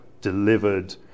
delivered